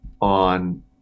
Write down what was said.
on